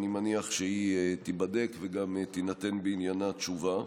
אני מניח שהיא תיבדק, וגם תינתן בעניינה תשובה.